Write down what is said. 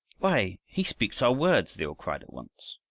why, he speaks our words! they all cried at once.